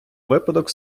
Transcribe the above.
випадок